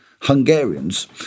hungarians